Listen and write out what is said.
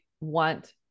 want